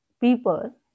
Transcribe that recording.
people